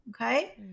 okay